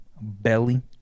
belly